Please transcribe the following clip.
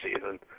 season